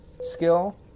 skill